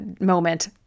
moment